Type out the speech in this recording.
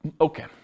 Okay